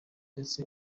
ndetse